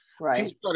Right